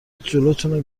جلوتونو